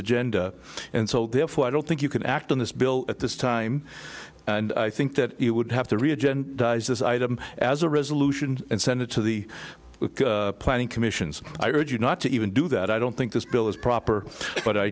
subject and so therefore i don't think you can act on this bill at this time and i think that you would have the region does this item as a resolution and send it to the planning commissions i urge you not to even do that i don't think this bill is proper but i